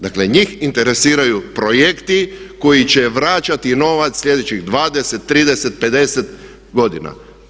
Dakle njih interesiraju projekti koji će vraćati novac sljedećih 20, 30, 50 godina.